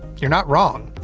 you're not wrong.